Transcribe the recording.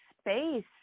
space